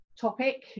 topic